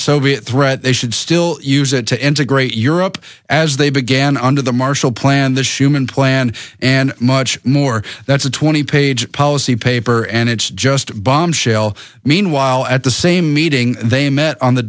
soviet threat they should still use it to integrate europe as they began under the marshall plan the shoeman plan and much more that's a twenty page policy paper and it's just a bombshell meanwhile at the same meeting they met on the